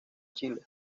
chile